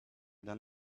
don’t